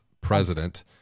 president